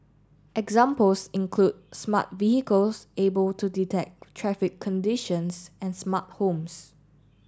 examples include smart vehicles able to detect traffic conditions and smart homes